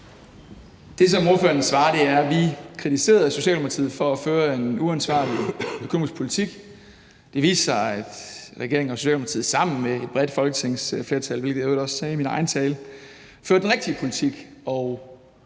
Det, som ordføreren svarer, er: Vi kritiserede Socialdemokratiet for at føre en uansvarlig økonomisk politik. Det viste sig, at regeringen og Socialdemokratiet sammen med et bredt folketingsflertal – hvilket jeg i øvrigt også sagde i min egen tale – fører den rigtige politik og